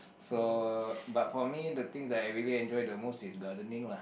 so but for me the things that I really enjoy the most is gardening lah